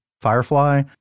Firefly